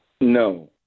No